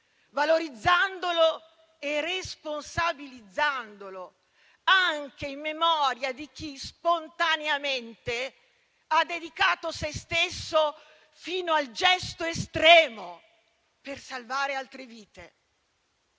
valorizzandolo e responsabilizzandolo, anche in memoria di chi spontaneamente ha dedicato se stesso, fino al gesto estremo, per salvare altre vite.